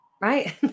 right